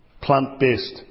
plant-based